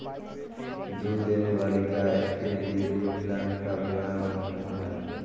दूध देने वाली गाय के लिए दूध पिलाने का व्यव्हार महत्वपूर्ण है